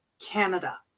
Canada